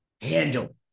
handle